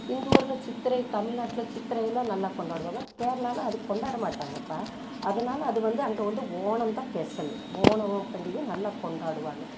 இந்த ஊரில் சித்திரை தமிழ்நாட்டில் சித்திரை எல்லாம் நல்லா கொண்டாடுவாங்க கேரளால அது கொண்டாட மாட்டாங்கப்பா அதனால அது வந்து அங்கே வந்து ஓணம் தான் பெஷல்லு ஓணம் பண்டிகை நல்லா கொண்டாடுவாங்க